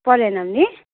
पर एनम् नि